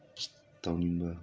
ꯇꯧꯅꯤꯡꯕ